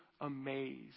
amazed